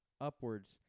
upwards